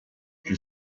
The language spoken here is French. elle